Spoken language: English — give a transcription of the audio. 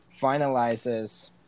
finalizes